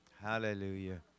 hallelujah